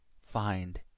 find